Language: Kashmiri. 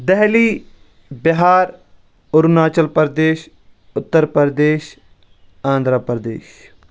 دہلی بِہار اروٗناچل پردیش اُتر پردیش آندرا پردیش